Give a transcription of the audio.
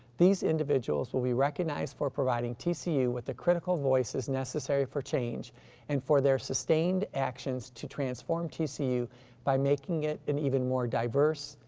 these individuals will be recognized for providing tcu with a critical voice as necessary for change and for their sustained actions to transform tcu by making it an even more diverse,